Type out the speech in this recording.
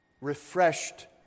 refreshed